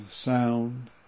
sound